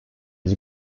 his